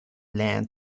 land